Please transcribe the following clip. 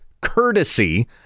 courtesy